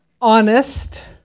honest